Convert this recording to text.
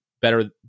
better